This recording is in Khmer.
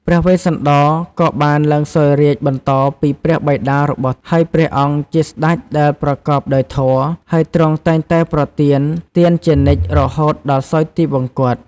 ព្រះវេស្សន្តរក៏បានឡើងសោយរាជ្យបន្តពីព្រះបិតារបស់ ហើយព្រះអង្គជាស្តេចដែលប្រកបដោយធម៌ ហើយទ្រង់តែងតែប្រទានទានជានិច្ចរហូតដល់សោយទីវង្គត។